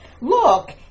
Look